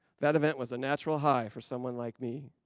that event was a natural high for someone like me.